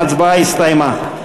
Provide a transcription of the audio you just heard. ההצבעה הסתיימה.